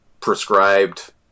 prescribed